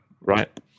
Right